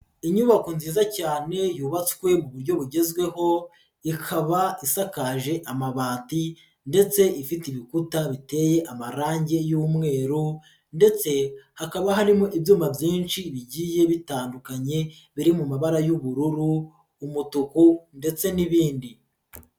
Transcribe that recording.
inyubako nziza cyane yubatswe mu buryo bugezweho, ikaba isakaje amabati ndetse ifite ibikuta biteye amarangi y'umweru ndetse hakaba harimo ibyuma byinshi bigiye bitandukanye, biri mu mabara y'ubururu, umutuku ndetse n'ibindi.